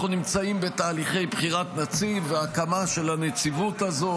אנחנו נמצאים בתהליכי בחירת נציב והקמה של הנציבות הזו,